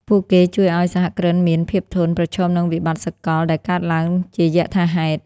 ពួកគេជួយឱ្យសហគ្រិនមាន "ភាពធន់" ប្រឈមនឹងវិបត្តិសកលដែលកើតឡើងជាយថាហេតុ។